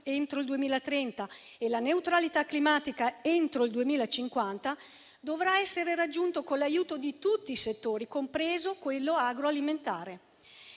di raggiungere la neutralità climatica entro il 2050, dovrà essere raggiunto con l'aiuto di tutti i settori, compreso quello agroalimentare.